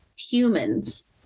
humans